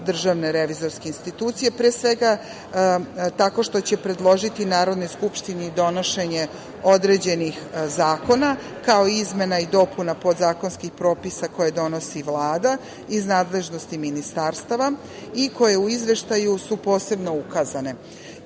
sprovođenje preporuka DRI, tako što će predložiti Narodnoj skupštini donošenje određenih zakona, kao i izmena i dopuna podzakonskih propisa koje donosi Vlada iz nadležnosti ministarstava i koje su u izveštaju posebno ukazane.